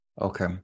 Okay